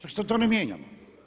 Zašto to ne mijenjamo?